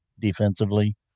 defensively